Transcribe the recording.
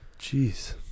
jeez